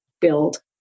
build